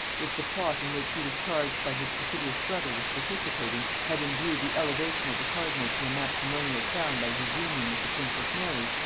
if the plot in which he was charged by his perfidious brother with participating, had in view the elevation of the cardinal to a matrimonial crown by his union with the princess mary,